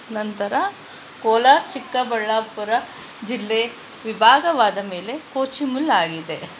ನಂತರ ಕೋಲಾರ್ ಚಿಕ್ಕಬಳ್ಳಾಪುರ ಜಿಲ್ಲೆ ವಿಭಾಗವಾದ ಮೇಲೆ ಕೊಚುಮಿಲ್ ಆಗಿದೆ